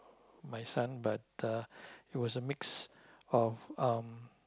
my son but uh he was a mix of um